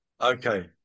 Okay